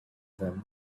them